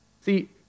See